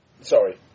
sorry